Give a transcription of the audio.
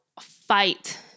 fight